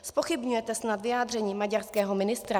Zpochybňujete snad vyjádření maďarského ministra?